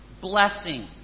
blessing